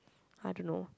I don't know